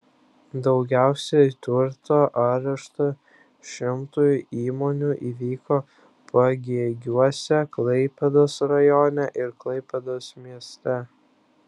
daugiausiai turto areštų šimtui įmonių įvyko pagėgiuose klaipėdos rajone ir klaipėdos mieste